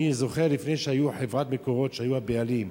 אני זוכר, לפני שחברת "מקורות" היו הבעלים,